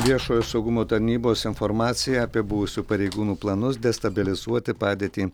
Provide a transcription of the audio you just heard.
viešojo saugumo tarnybos informaciją apie buvusių pareigūnų planus destabilizuoti padėtį